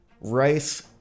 Rice